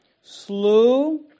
slew